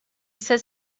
says